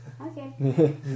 Okay